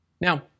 Now